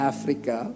Africa